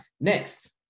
Next